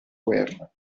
guerra